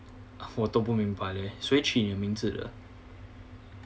我都不明白叻谁取你的名字的